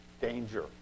danger